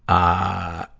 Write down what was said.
ah,